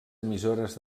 emissores